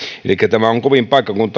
elikkä tämä on kovin